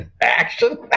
Action